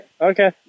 Okay